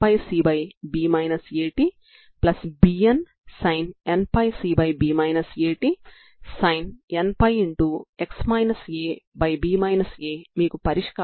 ప్రారంభ నియమాన్ని ఉపయోగించడం ద్వారా నేను Bnని కనుగొంటాను